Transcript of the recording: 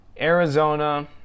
Arizona